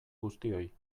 guztioi